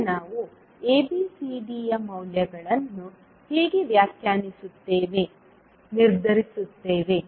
ಈಗ ನಾವು ABCDಯ ಮೌಲ್ಯಗಳನ್ನು ಹೇಗೆ ವ್ಯಾಖ್ಯಾನಿಸುತ್ತೇವೆ ನಿರ್ಧರಿಸುತ್ತೇವೆ